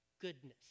goodness